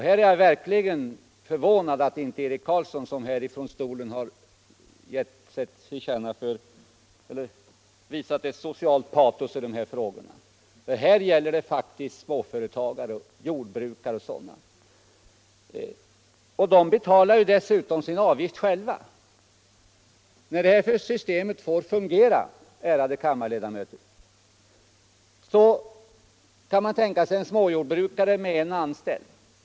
Här är jag verkligen förvånad över att Eric Carlsson, som från den här talarstolen har visat så stort socialt patos i de här frågorna, inte anslutit sig till oss. Här gäller det faktiskt småföretagare: jordbrukare m.fl. De betalar dessutom sin avgift själva. Låt oss, ärade kammarledamöter, tänka oss hur det här systemet fungerar. Vi kan tänka oss en småjordbrukare med en anställd.